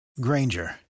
Granger